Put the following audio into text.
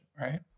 Right